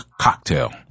cocktail